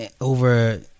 over